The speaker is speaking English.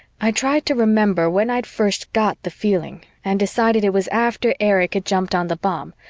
i tried to remember when i'd first got the feeling and decided it was after erich had jumped on the bomb,